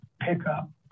pickup